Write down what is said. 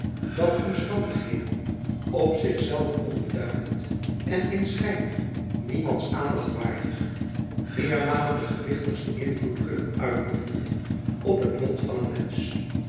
dat omstandigheden op zich zelve onbeduidend en in schijn niemands aandacht waardig meermalen den gewichtigsten invloed kunnen uitoefenen op het lot van een mensch